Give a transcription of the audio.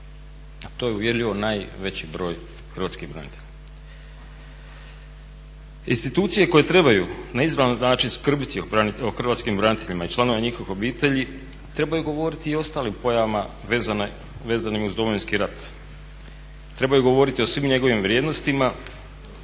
to je uvjerljivo najveći broj hrvatskih branitelja. Institucije koje trebaju na izravan način skrbiti o hrvatskim braniteljima i članovima njihovih obitelji trebaju govoriti i o ostalim pojavama vezanim uz Domovinski rat, trebaju govoriti o svim njegovim vrijednostima